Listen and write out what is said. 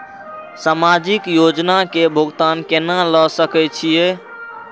समाजिक योजना के भुगतान केना ल सके छिऐ?